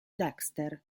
dexter